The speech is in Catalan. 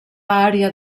àrea